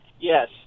Yes